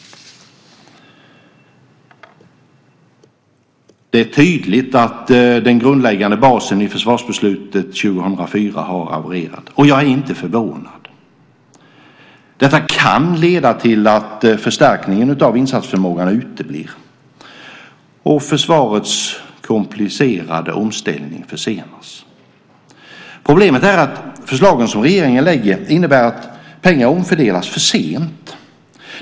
Det är tydligt att den grundläggande basen för försvarsbeslutet 2004 har havererat, och jag är inte förvånad. Detta kan leda till att förstärkningen av insatsförmågan uteblir och att försvarets komplicerade omställning försenas. Problemet är att förslagen som regeringen lägger fram innebär att pengarna omfördelas för sent.